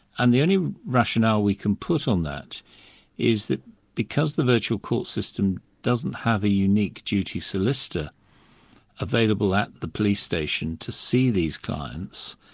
and the only rationale we can put on that is that because the virtual court system doesn't have a unique duty solicitor available at the police station to see these clients,